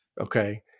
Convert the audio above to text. Okay